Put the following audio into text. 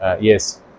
yes